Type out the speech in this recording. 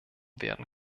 werden